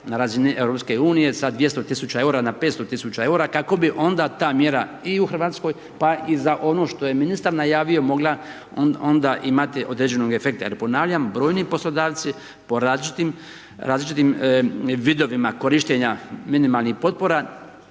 na razini EU sa 200 tisuća eura na 500 tisuća eura kako bi onda ta mjera i u Hrvatskoj pa i za ono što je ministar najavio mogla onda imati određenog efekta. Jer ponavljam brojni poslodavci po različitim vidovima korištenja minimalnih potpora